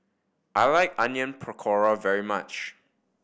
I like Onion Pakora very much